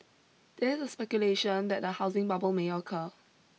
there is speculation that a housing bubble may occur